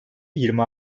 yirmi